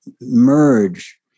merge